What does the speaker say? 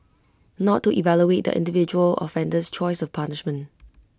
not to evaluate the individual offender's choice of punishment